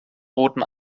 roten